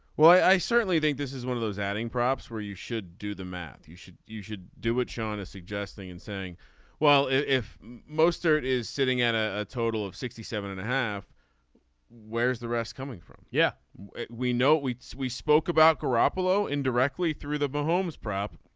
well i certainly think this is one of those adding props where you should do the math. you should you should do what sean is suggesting and saying well if mozart is sitting in ah a total of sixty seven and a half where's the rest coming from. yeah we know we we spoke about garoppolo indirectly through the bahamas prop